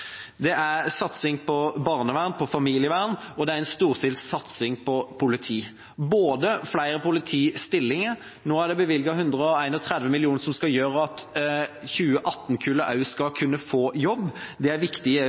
er en satsing på barnevern og familievern, og det er en storstilt satsing på politi. Det er flere politistillinger – nå er det bevilget 131 mill. kr som skal gjøre at 2018-kullet også skal kunne få jobb. Det er viktig